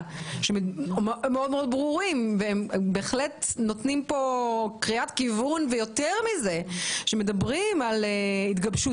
שהם מאוד ברורים ונותנים קריאת כיוון ויותר מזה שמדברים על התגבשות